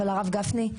אבל הרב גפני,